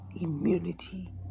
immunity